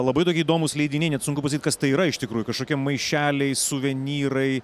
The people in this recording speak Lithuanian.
labai tokie įdomūs leidiniai net sunku pasakyt kas tai yra iš tikrųjų kažkokie maišeliai suvenyrai